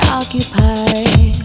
occupied